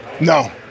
No